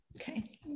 Okay